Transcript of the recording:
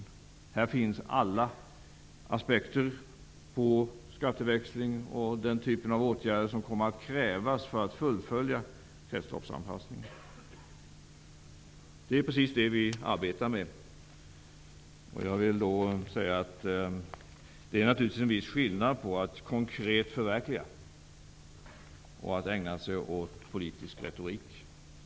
I denna skrift finns alla aspekter med vad gäller skatteväxling och den typ av åtgärder som kommer att krävas för att fullfölja en kretsloppsanpassning. Det arbetar vi med. Det är naturligtvis en viss skillnad mellan att konkret förverkliga ett mål och att ägna sig åt politisk retorik.